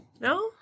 No